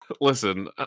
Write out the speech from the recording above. listen